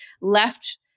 left